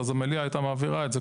המליאה הייתה מעבירה את זה,